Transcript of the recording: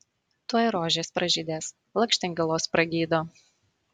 tuoj rožės pražydės lakštingalos pragydo